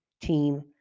team